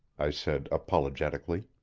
i said apologetically.